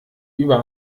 über